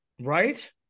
Right